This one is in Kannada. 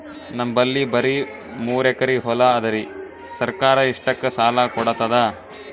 ನಮ್ ಬಲ್ಲಿ ಬರಿ ಮೂರೆಕರಿ ಹೊಲಾ ಅದರಿ, ಸರ್ಕಾರ ಇಷ್ಟಕ್ಕ ಸಾಲಾ ಕೊಡತದಾ?